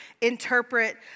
interpret